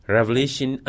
Revelation